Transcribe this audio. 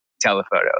telephoto